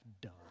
done